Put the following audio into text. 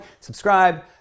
subscribe